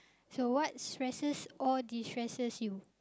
so what stresses or distresses you